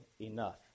enough